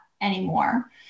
anymore